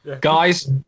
Guys